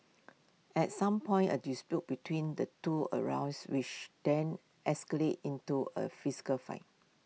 at some point A dispute between the two arose which then escalated into A physical fight